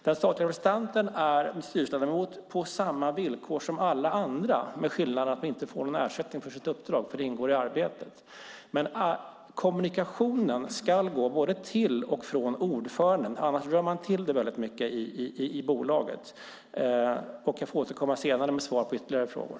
Den statliga representanten är styrelseledamot på samma villkor som alla andra med skillnaden att han inte får någon ersättning för sitt uppdrag, för det ingår i arbetet. Men kommunikationen ska alltså gå via ordföranden. Annars rör man till det mycket i bolaget. Jag får återkomma senare med svar på ytterligare frågor.